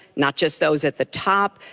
not just those at the top.